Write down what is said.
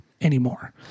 anymore